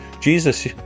Jesus